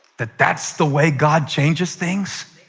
that that's the way god changes things?